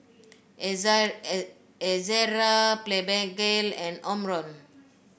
Ezerra Blephagel and Omron